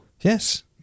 Yes